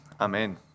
amen